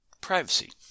privacy